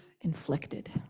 inflicted